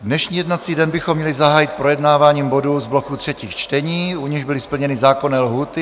Dnešní jednací den bychom měli zahájit projednáváním bodů z bloku třetích čtení, u nichž byly splněny zákonné lhůty.